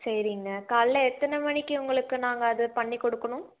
சரிங்க காலையில் எத்தனை மணிக்கு உங்களுக்கு நாங்கள் அது பண்ணி கொடுக்கணும்